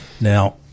Now